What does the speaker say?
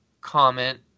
comment